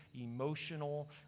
emotional